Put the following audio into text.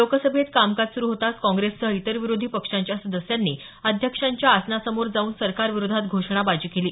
लोकसभेत कामकाज सुरु होताच काँग्रेससह इतर विरोधी पक्षांच्या सदस्यांनी अध्यक्षांच्या आसनासमोर जाऊन सरकारविरोधात घोषणाबाजी केली